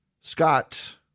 Scott